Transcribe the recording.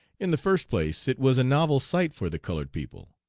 in the first place it was a novel sight for the colored people.